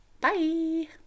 Bye